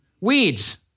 Weeds